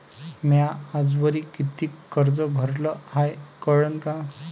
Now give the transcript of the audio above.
म्या आजवरी कितीक कर्ज भरलं हाय कळन का?